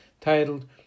titled